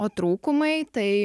o trūkumai tai